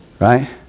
Right